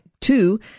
Two